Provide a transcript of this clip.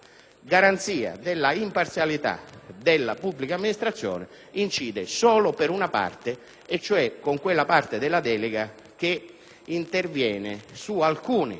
garanzia della imparzialità della pubblica amministrazione incide solo per una parte, e cioè con quella parte della delega che interviene su alcune